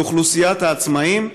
לאוכלוסיית העצמאים,